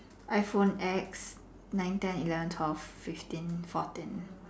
iPhone X nine ten eleven twelve fifteen fourteen